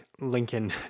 Lincoln